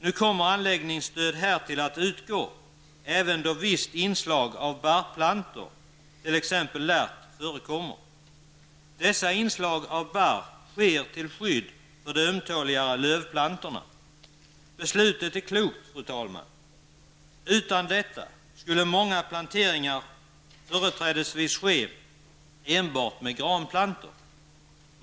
Nu kommer anläggningsstöd härtill att utgå även då visst inslag av barrplantor, t.ex. lärk, förekommer. Dessa inslag av barrträd har till syfte att fungera som skydd för de ömtåligare lövplantorna. Beslutet är klokt, fru talman. Utan detta skulle många planteringar företrädesvis ske enbart med granplantor.